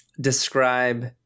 describe